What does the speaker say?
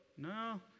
No